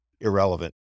irrelevant